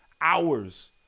hours